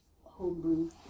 Homebrew